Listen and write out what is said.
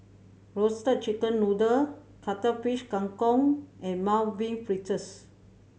Roasted Chicken Noodle Cuttlefish Kang Kong and Mung Bean Fritters